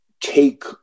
take